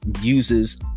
uses